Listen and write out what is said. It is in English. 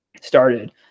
started